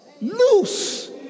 Loose